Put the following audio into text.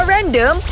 Random